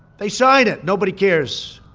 they signed it. nobody cares.